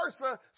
versa